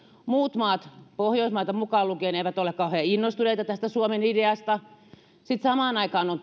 muut maat pohjoismaat mukaan lukien eivät ole kauhean innostuneita tästä suomen ideasta sitten samaan aikaan on